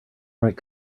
write